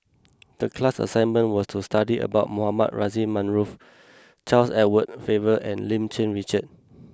the class assignment was to study about Mohamed Rozani Maarof Charles Edward Faber and Lim Cherng Yih Richard